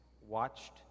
watched